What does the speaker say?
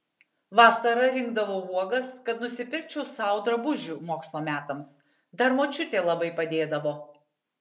vasara rinkdavau uogas kad nusipirkčiau sau drabužių mokslo metams dar močiutė labai padėdavo